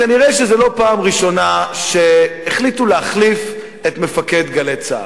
כנראה שזה לא פעם ראשונה שהחליטו להחליף את מפקד "גלי צה"ל".